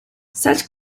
such